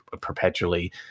perpetually